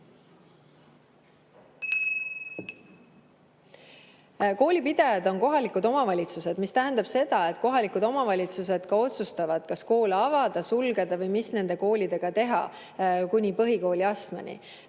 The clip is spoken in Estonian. koolipidajad on kohalikud omavalitsused, mis tähendab seda, et kohalikud omavalitsused ka otsustavad, kas koole avada, sulgeda või mis koolidega teha kuni põhikooliastmeni.